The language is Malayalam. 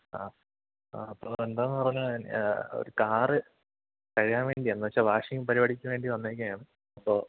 ആ ആ അപ്പോൾ അത് എന്താണെന്നു പറഞ്ഞാൽ ഒരു കാറ് കഴുകാൻ വേണ്ടി ആയിരുന്നു പക്ഷെ വാഷിങ് പരിപാടിക്ക് വേണ്ടി വന്നിരിക്കുകയാണ് അപ്പോൾ